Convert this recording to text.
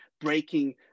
breaking